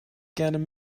gern